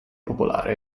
popolare